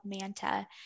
Manta